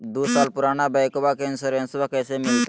दू साल पुराना बाइकबा के इंसोरेंसबा कैसे मिलते?